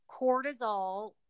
Cortisol